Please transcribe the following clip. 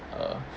uh